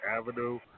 Avenue